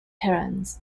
herons